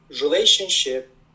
relationship